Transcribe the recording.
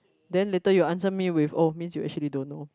then later you answer me with oh means you actually don't know